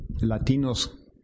latinos